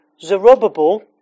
Zerubbabel